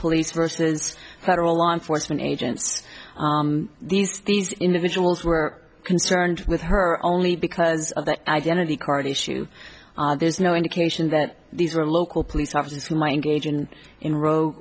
police versus federal law enforcement agents these these individuals were concerned with her only because of the identity card issue there's no indication that these are local police officers who might engage in in ro